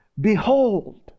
behold